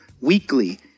weekly